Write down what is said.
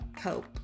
cope